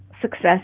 success